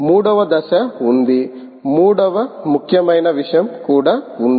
మూడవ దశ ఉంది మూడవ ముఖ్యమైన విషయం కూడా ఉంది